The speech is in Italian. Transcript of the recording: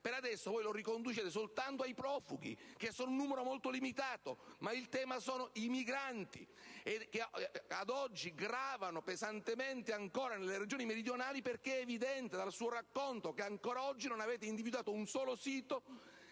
per adesso lo riconducete soltanto ai profughi che sono in numero molto limitato. Ma quel tema riguarda tutti i migranti che ad oggi gravano pesantemente ancora nelle Regioni meridionali, perché è evidente dal suo racconto che ancora oggi non avete individuato un solo sito,